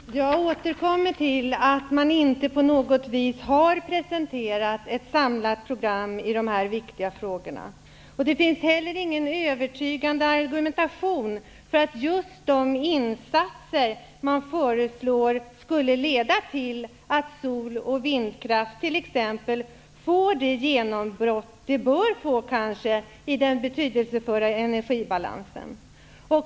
Herr talman! Jag återkommer till det faktum att man inte på något vis har presenterat ett samlat program i de här viktiga frågorna. Inte heller finns det någon övertygande argumentation för att just de föreslagna insatserna skulle leda till att sol och vindkraft får det genombrott som dessa energislag kanske bör få i fråga om den betydelsefulla energibalansen.